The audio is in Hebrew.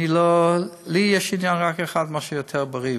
יש לי רק עניין אחד: מה שיותר בריא.